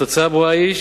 התוצאה הברורה היא,